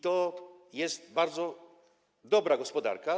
To jest bardzo dobra gospodarka.